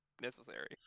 necessary